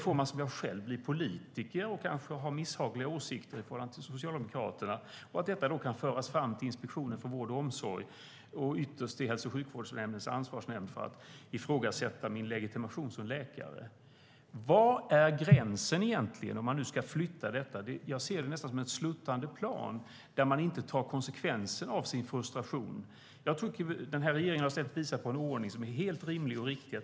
Får man, som jag själv, bli politiker och kanske ha misshagliga åsikter enligt Socialdemokraterna, och ska detta då kunna föras fram till Inspektionen för vård och omsorg och ytterst till Hälso och sjukvårdens ansvarsnämnd för att på så sätt ifrågasätta min läkarlegitimation? Var är gränsen egentligen, om man nu ska flytta detta? Jag ser det nästan som ett sluttande plan där man inte tar konsekvenserna av sin frustration. Jag tycker att den här regeringen i stället har visat på en ordning som är helt rimlig och riktig.